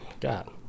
God